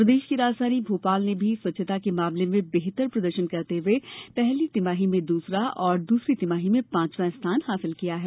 प्रदेश की राजधानी भोपाल ने भी स्वच्छता के मामले में बेहतर प्रदर्शन करते हुए पहली तिमाही में दूसरा और दूसरी तिमाही में पांचवा स्थान हासिल किया है